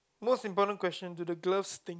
most important question to the gloves thing